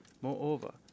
Moreover